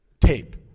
tape